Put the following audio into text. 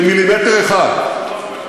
במילימטר אחד,